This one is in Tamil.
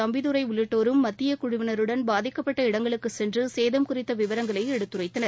தம்பிதுரை உள்ளிட்டோரும் மத்தியக் குழுவினருடன் பாதிக்கப்பட்ட இடங்களுக்கு சென்று சேதம் குறித்த விவரங்களை எடுத்துரைத்தனர்